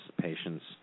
patients